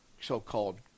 so-called